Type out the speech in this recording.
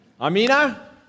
Amina